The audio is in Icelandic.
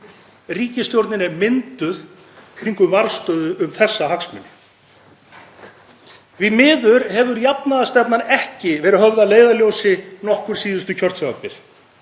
Ríkisstjórnin er mynduð kringum varðstöðu um þessa hagsmuni. Því miður hefur jafnaðarstefnan ekki verið höfð að leiðarljósi nokkur síðustu kjörtímabil